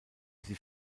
sie